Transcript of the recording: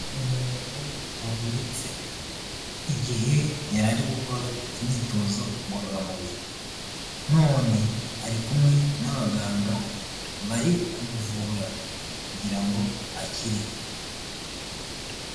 Umuntu wavunitse igihe yari ari gukora imyitozo ngororamubiri none ari kumwe n'abaganga bari kumuvura kugira ngo akire.